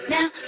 Now